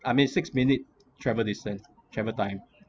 I mean six minute travel distance travel time